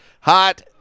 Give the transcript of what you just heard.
Hot